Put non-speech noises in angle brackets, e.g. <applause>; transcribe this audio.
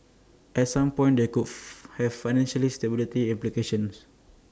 at some point they could <noise> have financially stability implications